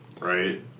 right